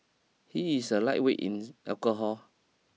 he is a lightweight in the alcohol